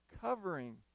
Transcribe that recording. covering